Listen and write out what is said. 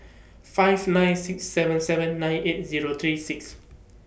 five nine six seven seven nine eight Zero three six